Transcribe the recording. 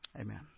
Amen